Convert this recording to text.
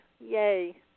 Yay